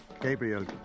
Gabriel